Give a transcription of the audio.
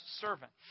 servant